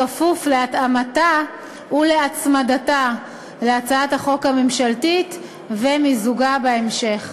בכפוף להתאמתה ולהצמדתה להצעת החוק הממשלתית ומיזוגה בהמשך.